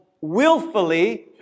willfully